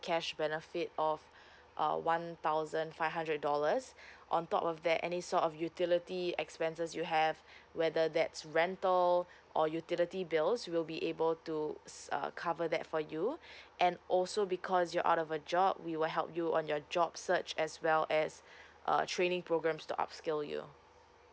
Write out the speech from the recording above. cash benefit of uh one thousand five hundred dollars on top of that any sort of utility expenses you have whether that's rental or utility bills we'll be able to s~ uh cover that for you and also because you're out of a job we will help you on your job search as well as uh training programs to upskill you